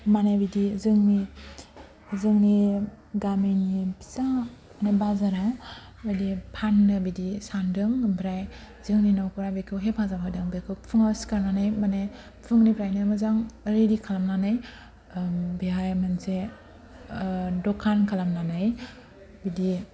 माने बिदि जोंनि जोंनि गामिनि फिसा माने बाजाराव बिदि फाननो बिदि सानदों ओमफ्राय जोंनि न'खरा बेखौ हेफाजाब होदों बेखौ फुंआव सिखारनानै माने फुंनिफ्रायनो मोजां रेडि खालामनानै बेहाय मोनसे दखान खालामनानै बिदि